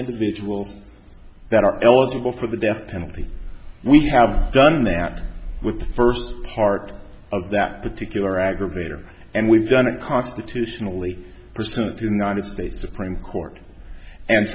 individuals that are eligible for the death penalty we have done that with the first part of that particular aggravator and we've done it constitutionally pursuant to not a state supreme court and